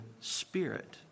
spirit